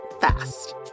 fast